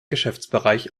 geschäftsbereich